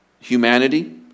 humanity